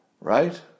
Right